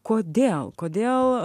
kodėl kodėl